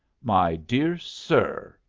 my dear sir,